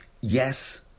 yes